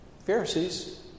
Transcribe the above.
Pharisees